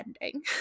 ending